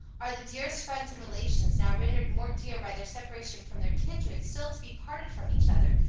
are the dearest friends and relations, now rendered more dear by their separation from their kindred, still to be parted from each other,